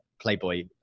Playboy